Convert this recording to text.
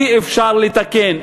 אי-אפשר לתקן,